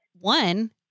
one